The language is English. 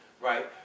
right